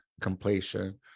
completion